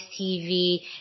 TV